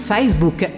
Facebook